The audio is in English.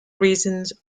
reasons